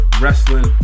wrestling